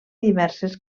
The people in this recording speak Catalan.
diverses